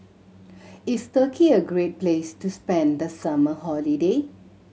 is Turkey a great place to spend the summer holiday